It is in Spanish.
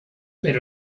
pero